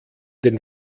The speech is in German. den